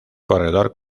corredor